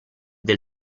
del